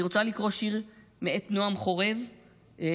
אני רוצה לקרוא שיר מאת נעם חורב לסיכום,